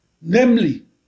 namely